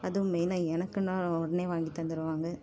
அதுவும் மெயின்னாக எனக்குன்னால் உடனே வாங்கித் தந்துருவாங்கள்